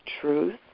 truth